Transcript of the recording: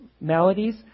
maladies